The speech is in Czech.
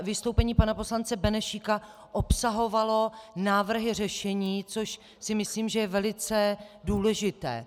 Vystoupení pana poslance Benešíka obsahovalo návrhy řešení, což si myslím, že je velice důležité.